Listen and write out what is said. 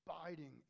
abiding